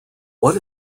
what